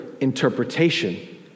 interpretation